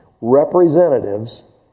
representatives